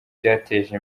byateje